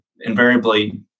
invariably